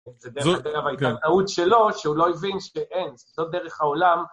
זה דרך אגב הייתה טעות שלו, שהוא לא הבין שאין, זאת דרך העולם